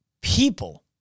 people